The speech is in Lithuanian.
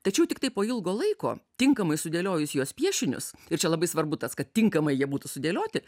tačiau tiktai po ilgo laiko tinkamai sudėliojus jos piešinius ir čia labai svarbu tas kad tinkamai jie būtų sudėlioti